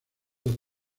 los